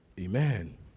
Amen